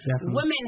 Women